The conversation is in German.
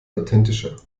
authentischer